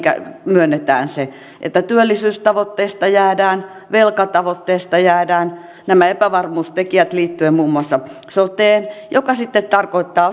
myönnetään se että työllisyystavoitteista jäädään velkatavoitteesta jäädään nämä epävarmuustekijät liittyen muun muassa soteen mikä sitten tarkoittaa